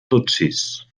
tutsis